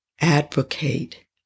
advocate